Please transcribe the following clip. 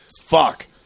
fuck